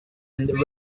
and